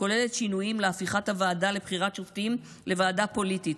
כוללת שינויים לשם הפיכת הוועדה לבחירת שופטים לוועדה פוליטית,